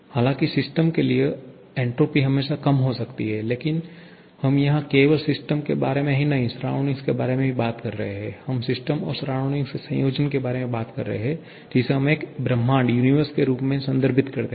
हालांकि सिस्टम के लिए एन्ट्रापी हमेशा कम हो सकती है लेकिन हम यहां केवल सिस्टम के बारे में ही नहीं सराउंडिंग के बारे में भी बात कर रहे हैं हम सिस्टम और सराउंडिंग के संयोजन के बारे में बात कर रहे हैं जिसे हम एक ब्रह्मांड के रूप में संदर्भित करते हैं